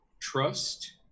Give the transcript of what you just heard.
trust